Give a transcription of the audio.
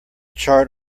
chart